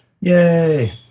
Yay